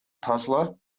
puzzler